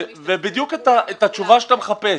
ובדיוק את התשובה שאתה מחפש.